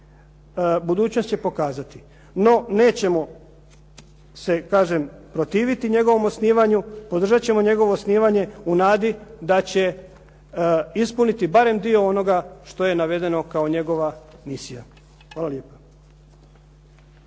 budućnost će pokazati. No nećemo se kažem protiviti njegovom osnivanju, podržat ćemo njegovo osnivanje u nadi da će ispuniti barem dio onoga što je navedeno kao njegova misija. Hvala lijepa.